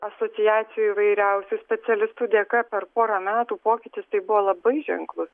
asociacijų įvairiausių specialistų dėka per porą metų pokytis tai buvo labai ženklus